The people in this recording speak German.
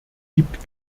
gibt